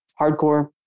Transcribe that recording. hardcore